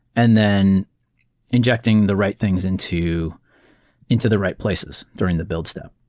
and then injecting the right things into into the right places during the build step,